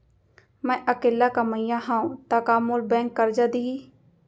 मैं अकेल्ला कमईया हव त का मोल बैंक करजा दिही?